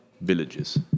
villages